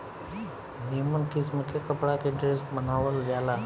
निमन किस्म के कपड़ा के ड्रेस बनावल जाला